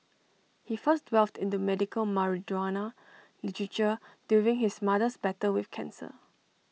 he first delved into medical marijuana literature during his mother's battle with cancer